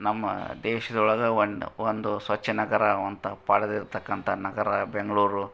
ನಮ್ಮ ದೇಶದೊಳ್ಗೆ ಒನ್ ಒಂದು ಸ್ವಚ್ಛ ನಗರ ಅಂತ ಪಡೆದಿರ್ತಕ್ಕಂಥ ನಗರ ಬೆಂಗಳೂರು